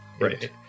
right